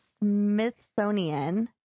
Smithsonian